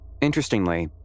Interestingly